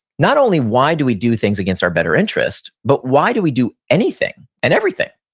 not only why do we do things against our better interest? but why do we do anything? and everything?